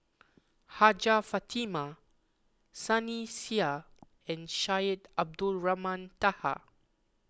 Hajjah Fatimah Sunny Sia and Syed Abdulrahman Taha